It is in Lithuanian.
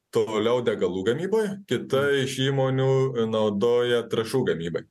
toliau degalų gamyboj kita iš įmonių naudoja trąšų gamybai